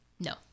No